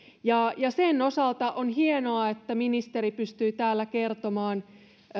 ja sen osalta on hienoa että ministeri pystyy täällä kertomaan